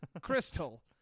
Crystal